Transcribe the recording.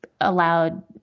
allowed